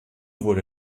wurde